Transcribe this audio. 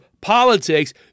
politics